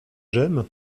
j’aime